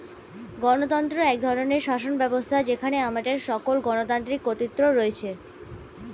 গণতন্ত্র এক ধরনের শাসনব্যবস্থা যেখানে আমাদের সকল গণতান্ত্রিক কর্তৃত্ব রয়েছে